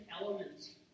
elements